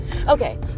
okay